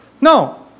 No